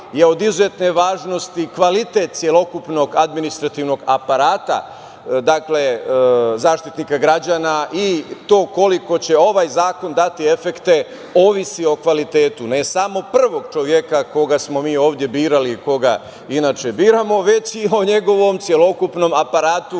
je od izuzetne važnosti kvalitet celokupnog administrativnog aparata Zaštitnika građana. To koliko će ovaj zakon dati efekte ovisi o kvalitetu ne samo prvog čoveka koga smo mi ovde birali i koga inače biramo, već i o njegovom celokupnom aparatu,